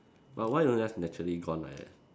but why don't just naturally gone like that